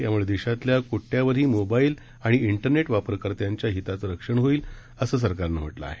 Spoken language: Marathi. याम्ळे देशातल्या कोट्यवधी मोबाईल आणि इंटरनेट वापरकर्त्यांच्या हिताचं रक्षण होईल स सं सरकारनं म्हटलं आहे